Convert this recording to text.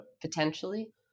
potentially